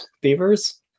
Beavers